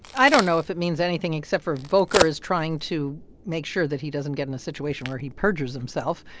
i don't know if it means anything except for volker is trying to make sure that he doesn't get in a situation where he perjures himself.